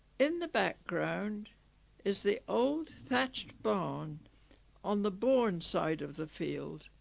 in the background is the old thatched barn on the bourne side of the field